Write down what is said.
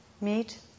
meet